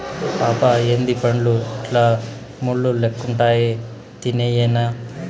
పాపా ఏందీ పండ్లు ఇట్లా ముళ్ళు లెక్కుండాయి తినేయ్యెనా